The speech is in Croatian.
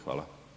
Hvala.